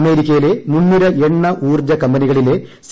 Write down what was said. അമേരിക്കയിലെ മുൻനിര എണ്ണ ഊർജ്ജ കമ്പനികളിലെ സി